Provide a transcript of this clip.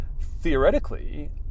theoretically